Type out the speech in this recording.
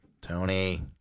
Tony